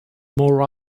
more